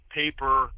paper